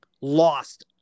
lost